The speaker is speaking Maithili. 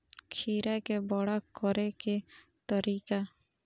खीरा के बड़ा करे के तरीका?